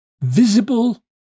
visible